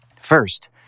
First